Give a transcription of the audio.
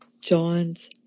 Johns